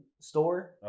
store